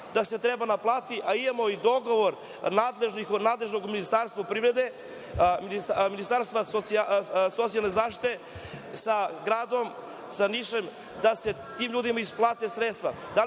da se treba naplatiti, a imamo i dogovor nadležnih, nadležnog Ministarstva privrede, Ministarstva socijalne zaštite sa gradom Nišom, da se tim ljudima isplate sredstva?